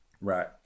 Right